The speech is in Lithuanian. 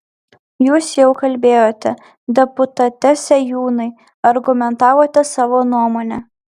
jūs jau kalbėjote deputate sėjūnai argumentavote savo nuomonę